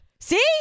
See